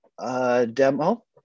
demo